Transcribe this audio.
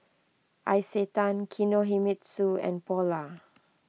Isetan Kinohimitsu and Polar